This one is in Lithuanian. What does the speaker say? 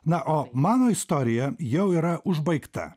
na o mano istorija jau yra užbaigta